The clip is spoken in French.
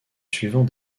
suivant